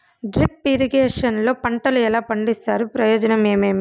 Drip irrigation లో పంటలు ఎలా పండిస్తారు ప్రయోజనం ఏమేమి?